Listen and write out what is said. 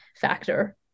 factor